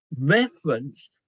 reference